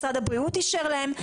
משרד הבריאות אישר להם.